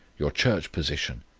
your church position,